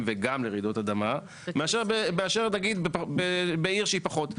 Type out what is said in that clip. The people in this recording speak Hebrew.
וגם לרעידות אדמה מאשר נגיד בעיר שהיא פחות.